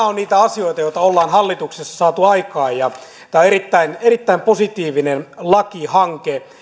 on niitä asioita joita ollaan hallituksessa saatu aikaan tämä on erittäin erittäin positiivinen lakihanke